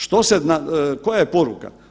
Što se, koja je poruka?